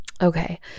Okay